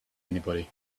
anybody